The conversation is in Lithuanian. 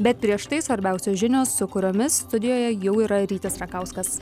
bet prieš tai svarbiausios žinios su kuriomis studijoje jau yra rytis rakauskas